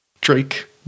Drake